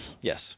Yes